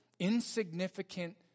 insignificant